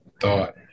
thought